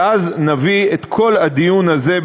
ואז נביא את כל הדיון הזה,